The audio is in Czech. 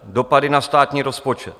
Dopady na státní rozpočet.